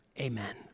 amen